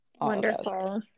Wonderful